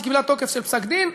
שקיבלה תוקף של פסק-דין,